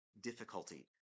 difficulty